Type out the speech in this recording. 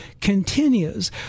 continues